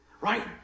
right